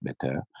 better